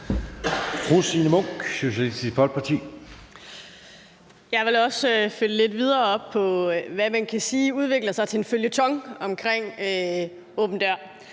Jeg vil også følge lidt videre op på, hvad der, kan man sige, udvikler sig til en føljeton omkring åben